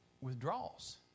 withdraws